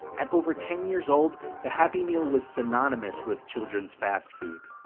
at over ten years old, the happy meal was synonymous with children's fast food.